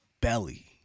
belly